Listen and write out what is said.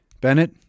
Bennett